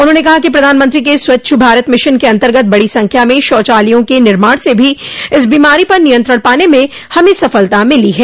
उन्होंने कहा कि प्रधानमंत्री के स्वच्छ भारत मिशन के अंतर्गत बड़ी संख्या में शौचालयों के निर्माण से भी इस बीमारी पर नियंत्रण पाने में हमें सफलता मिली है